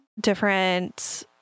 different